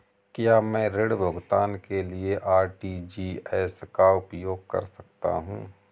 क्या मैं ऋण भुगतान के लिए आर.टी.जी.एस का उपयोग कर सकता हूँ?